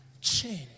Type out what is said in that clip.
change